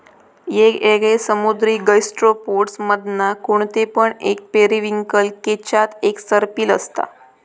येगयेगळे समुद्री गैस्ट्रोपोड्स मधना कोणते पण एक पेरिविंकल केच्यात एक सर्पिल असता